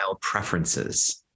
preferences